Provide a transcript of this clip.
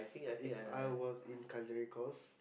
If I was in culinary course